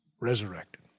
Resurrected